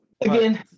Again